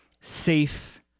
safe